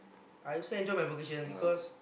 I also enjoy my vocation because